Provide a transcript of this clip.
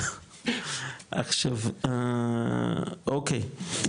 עכשיו אוקי,